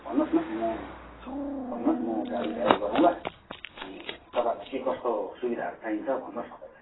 भन्नुहोस् न म भन्नुहोस् म गाडी तयारी गरौला अनि तपाईँहरूलाई के कस्तो सुविधाहरू चाहिन्छ भन्नुहोस् न पहिल्यै